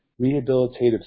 rehabilitative